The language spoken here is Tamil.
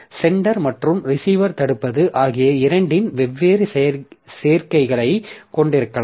சென்டர் மற்றும் ரிசீவர் தடுப்பது ஆகிய இரண்டின் வெவ்வேறு சேர்க்கைகளை கொண்டிருக்கலாம்